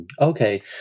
Okay